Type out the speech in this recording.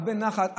הרבה נחת,